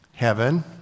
heaven